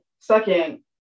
second